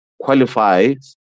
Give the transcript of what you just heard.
qualifies